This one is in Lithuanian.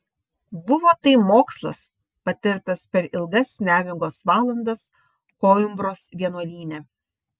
buvo tai mokslas patirtas per ilgas nemigos valandas koimbros vienuolyne